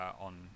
on